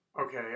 Okay